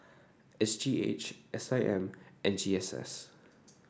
S G H S I M and G S S